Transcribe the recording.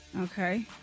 Okay